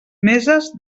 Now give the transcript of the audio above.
meses